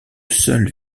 seule